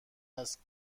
است